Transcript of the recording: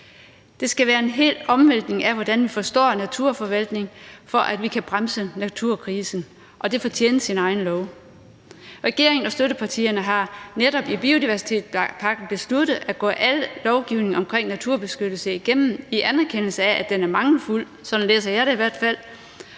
Der skal være en hel omvæltning af, hvordan vi forstår naturforvaltningen, for at vi kan bremse naturkrisen, og det fortjente sin egen lov. Regeringen og støttepartierne har netop i biodiversitetspakken besluttet at gå al lovgivning omkring naturbeskyttelse igennem i en anerkendelse af, at den er mangelfuld. Sådan læser jeg det i hvert fald,